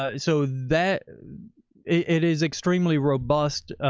ah so that it is extremely robust,